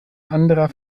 anderer